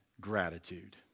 gratitude